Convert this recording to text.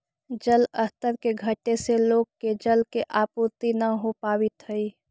जलस्तर के घटे से लोग के जल के आपूर्ति न हो पावित हई